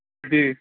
جی